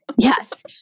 yes